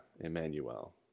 Emmanuel